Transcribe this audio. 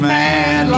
man